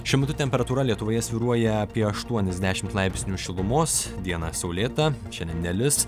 šiuo metu temperatūra lietuvoje svyruoja apie aštuonis dešimt laipsnių šilumos dieną saulėta šiandien nelis